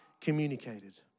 communicated